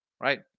right